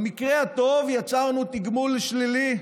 במקרה הטוב יצרנו תגמול שלילי,